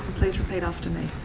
repeat after me.